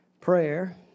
prayer